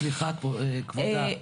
סליחה, כבודה.